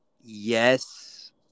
yes